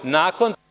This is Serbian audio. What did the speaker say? Nakon…